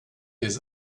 his